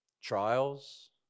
trials